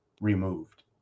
removed